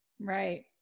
Right